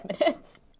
minutes